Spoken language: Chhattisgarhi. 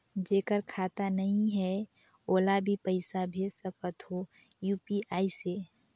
जेकर खाता नहीं है ओला भी पइसा भेज सकत हो यू.पी.आई से?